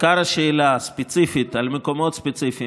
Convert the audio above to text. עיקר השאלה הספציפית על מקומות ספציפיים